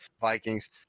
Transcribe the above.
Vikings